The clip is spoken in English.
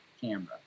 camera